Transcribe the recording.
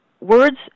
words